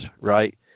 right